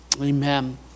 amen